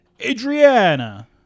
Adriana